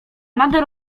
nader